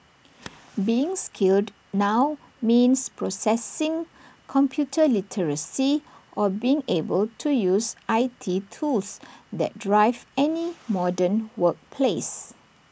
being skilled now means possessing computer literacy or being able to use I T tools that drive any modern workplace